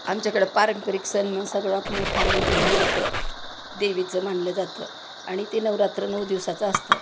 आमच्याकडं पारंपरिक सण म सगळ्यात मोठा म्हणजे नवरात्र देवीचं मानलं जातं आणि ते नवरात्र नऊ दिवसाचं असतं